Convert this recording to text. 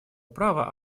права